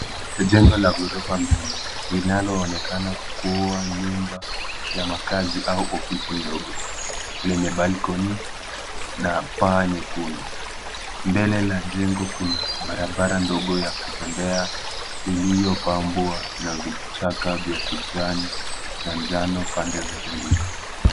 Jengo la ghorofa mbili linaloonekana kuwa nyumba ya makazi au ofisi ndogo yenye balcony na paa nyekundu. Mbele la jengo kuna barabara ndogo ya kutembea iliyopambwa na vichaka vya kijani na njano pande zote mbili.